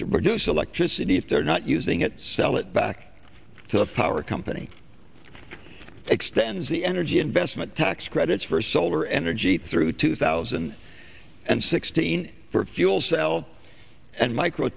to produce electricity if they're not using it sell it back to a power company extends the energy investment tax credits for solar energy through two thousand and sixteen for fuel cell and micro